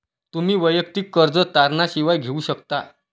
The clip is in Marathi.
तुम्ही वैयक्तिक कर्ज तारणा शिवाय घेऊ शकता